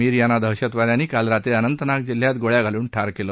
मीर यांना दहशतवाद्यांनी काल रात्री अनंतनाग जिल्ह्यात गोळ्या घालून ठार केलं